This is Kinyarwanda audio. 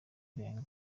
kurenga